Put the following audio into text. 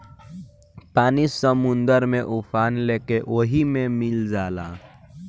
पानी समुंदर में उफान लेके ओहि मे मिल जाला